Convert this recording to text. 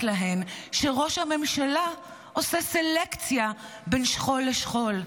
להן שראש הממשלה עושה סלקציה בין שכול לשכול.